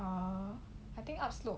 err I think up slope